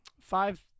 five